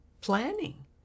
planning